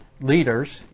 leaders